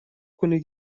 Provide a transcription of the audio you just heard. کنید